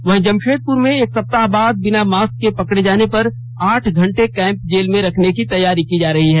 वहीं जमशेदपुर में एक सप्ताह बाद बिना मास्क के पकड़े जाने पर आठ घंटे कैंप जेल में रखने की तैयारी की जा रही है